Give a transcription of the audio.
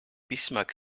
bismarck